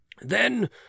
Then